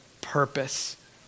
purpose